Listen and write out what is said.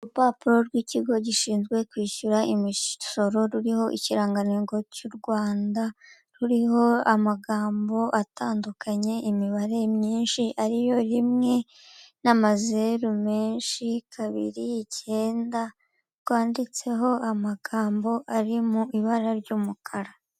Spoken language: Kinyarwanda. Urupapuro rw'ikigo gishinzwe kwishyura imisoro ruriho ikirangantego cy'u Rwanda, ruriho amagambo atandukanye imibare myinshi ariyo rimwe n'amazeru menshi, kabiri, icyenda rwanditseho amagambo ari mu ibara ry'umukara.